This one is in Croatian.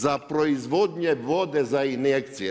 Za proizvodnje vode za injekcije.